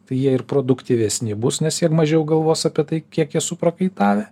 tai jie ir produktyvesni bus nes jie mažiau galvos apie tai kiek jie suprakaitavę